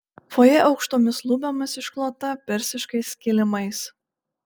fojė aukštomis lubomis išklota persiškais kilimais